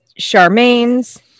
Charmaine's